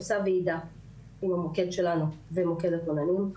עושה וועידה עם המוקד שלנו במוקד הכוננים,